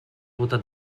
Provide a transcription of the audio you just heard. votat